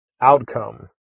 outcome